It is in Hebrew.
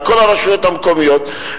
על כל הרשויות המקומיות,